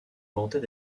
vantait